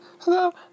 Hello